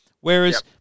Whereas